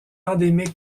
endémique